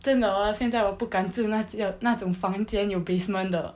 真的 orh 现在我不敢住那种那种房间有 basement 的